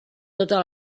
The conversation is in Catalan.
tota